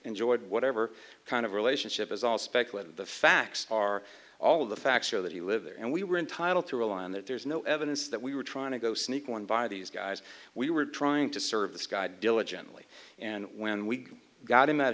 enjoyed whatever we're kind of relationship is all speculative the facts are all of the facts are that he lived there and we were entitled to rely on that there's no evidence that we were trying to go sneak one by these guys we were trying to serve the sky diligently and when we got him at